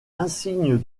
insigne